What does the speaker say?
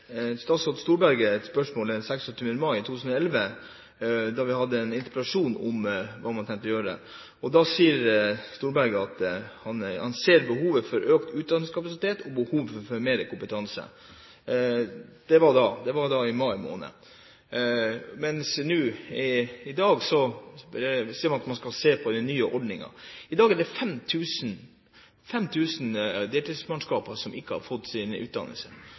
statsråd Storberget et spørsmål den 26. mai 2011, da vi hadde en interpellasjon om hva man hadde tenkt å gjøre, og da sa Storberget at han så behovet for økt utdanningskapasitet og behovet for mer kompetanse. Det var i mai måned. I dag sier man at man skal se på de nye ordningene. I dag er det 5 000 deltidsmannskaper som ikke har fått sin utdannelse.